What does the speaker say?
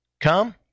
come